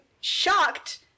shocked